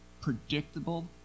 predictable